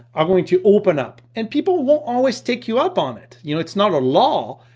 are going to open up and people will always take you up on it. you know, it's not a law,